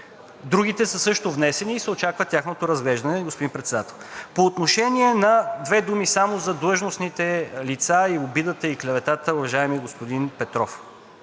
другите също са внесени и се очаква тяхното разглеждане, господин Председател. По отношение на – две думи само за длъжностните лица, обидата и клеветата, уважаеми господин Петров.